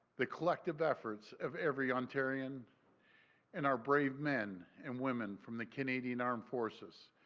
the collective efforts of every ontarian and our brave men and women from the canadian armed forces.